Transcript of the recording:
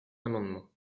amendement